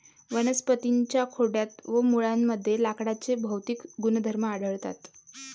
वनस्पतीं च्या खोडात व मुळांमध्ये लाकडाचे भौतिक गुणधर्म आढळतात